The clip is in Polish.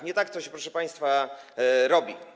Nie tak to się, proszę państwa robi.